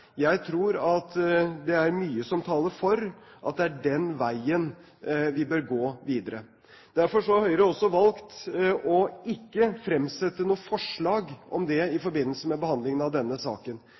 Jeg tror at det er mye som taler for at det er den veien vi bør gå videre. Derfor har Høyre også valgt ikke å fremsette noe forslag om det i